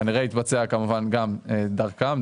כנראה יתבצע כמובן גם דרכם,